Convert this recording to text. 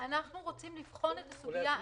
אנחנו רוצים לבחון את הסוגיה.